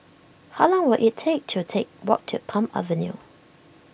how long will it take to take walk to Palm Avenue